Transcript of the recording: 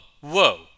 whoa